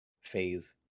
phase